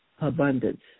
abundance